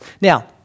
Now